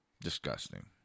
Disgusting